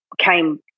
came